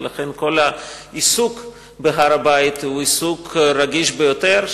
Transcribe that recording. ולכן כל העיסוק בהר-הבית הוא עיסוק רגיש ביותר,